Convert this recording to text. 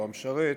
או המשרת,